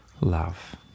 love